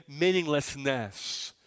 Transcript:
meaninglessness